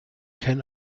kein